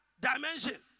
dimension